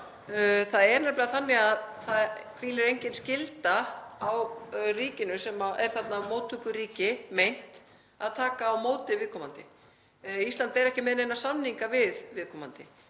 Það er nefnilega þannig að það hvílir engin skylda á ríkinu, sem er þarna meint móttökuríki, að taka á móti viðkomandi. Ísland er ekki með neina samninga við viðkomandi.